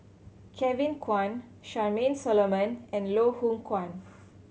Kevin Kwan Charmaine Solomon and Loh Hoong Kwan